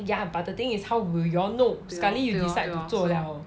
ya but the thing is how will you all know sekali you decide to 做了